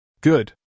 Good